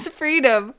freedom